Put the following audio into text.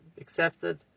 accepted